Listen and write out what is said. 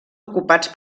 ocupats